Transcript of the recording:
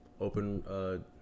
Open